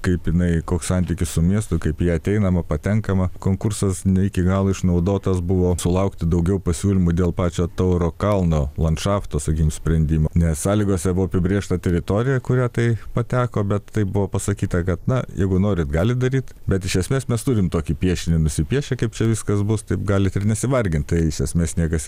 kaip jinai koks santykis su miestu kaip į ją ateinama patenkama konkursas ne iki galo išnaudotas buvo sulaukti daugiau pasiūlymų dėl pačio tauro kalno landšafto sakykim sprendimo nes sąlygose buvo apibrėžta teritorija į kurią tai pateko bet tai buvo pasakyta kad na jeigu norit galit daryt bet iš esmės mes turim tokį piešinį nusipiešę kaip čia viskas bus taip galit ir nesivargint tai iš esmės niekas